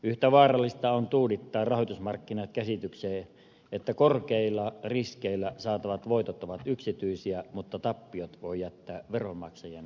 yhtä vaarallista on tuudittaa rahoitusmarkkinat käsitykseen että korkeilla riskeillä saatavat voitot ovat yksityisiä mutta tappiot voi jättää veronmaksajien vastuulle